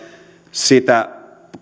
sitä